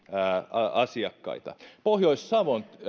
asiakkaita pohjois savon